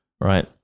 right